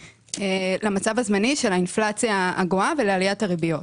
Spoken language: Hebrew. למצב הזמני של האינפלציה הגואה ועליית הריביות.